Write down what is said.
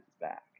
back